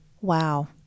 Wow